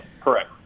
correct